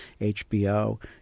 HBO